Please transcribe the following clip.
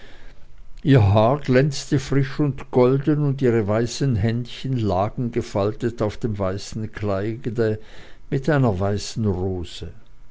ihr haar glänzte frisch und golden und ihre weißen händchen lagen gefaltet auf dem weißen kleide mit einer weißen rose